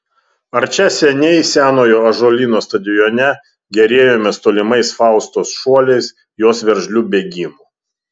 ar čia seniai senojo ąžuolyno stadione gėrėjomės tolimais faustos šuoliais jos veržliu bėgimu